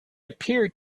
appeared